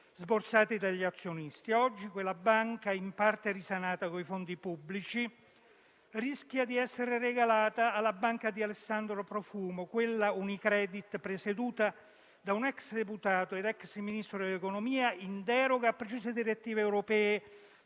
sborsati dagli azionisti. Oggi quella banca, in parte risanata coi fondi pubblici, rischia di essere regalata alla banca di Alessandro Profumo, quella Unicredit presieduta da un ex deputato ed ex Ministro dell'economia, in deroga a precise direttive europee